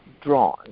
drawn